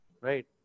right